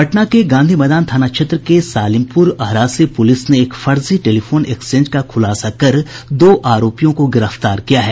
पटना के गांधी मैदान थाना क्षेत्र के सालिमपुर अहरा से पुलिस ने एक फर्जी टेलीफोन एक्सचेंज का खुलासा कर दो आरोपियों को गिरफ्तार किया है